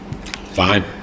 Fine